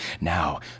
Now